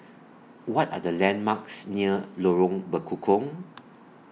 What Are The landmarks near Lorong Bekukong